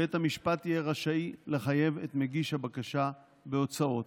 בית המשפט יהיה רשאי לחייב את מגיש הבקשה בהוצאות.